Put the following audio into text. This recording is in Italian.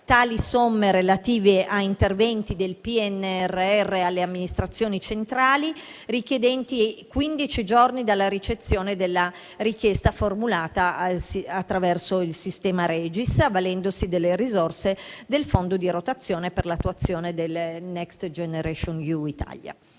tali somme relative a interventi PNRR alle Amministrazioni centrali richiedenti entro 15 giorni dalla ricezione della richiesta formulata attraverso il sistema ReGis, avvalendosi delle risorse del Fondo di rotazione per l'attuazione del Next Generation Eu - Italia.